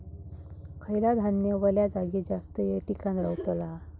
खयला धान्य वल्या जागेत जास्त येळ टिकान रवतला?